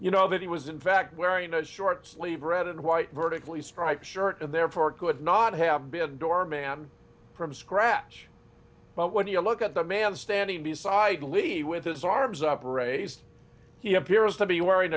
you know that he was in fact wearing a short sleeved red and white vertically striped shirt and therefore could not have been doorman from scratch but when you look at the man standing beside levy with his arms up raised he appears to be wearing